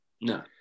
No